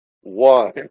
One